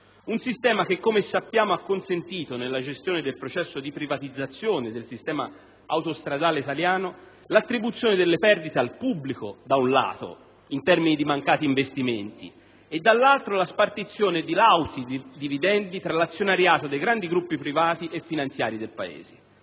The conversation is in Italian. Un sistema che, come sappiamo, ha consentito nella gestione del processo di privatizzazione del sistema autostradale italiano, da un lato, l'attribuzione delle perdite al pubblico, in termini di mancati investimenti, e, dall'altro, la spartizione di lauti dividendi tra l'azionariato dei grandi gruppi privati e finanziari del Paese.